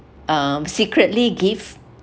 um secretly give